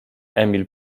emil